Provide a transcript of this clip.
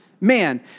man